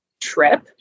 trip